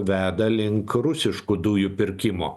veda link rusiškų dujų pirkimo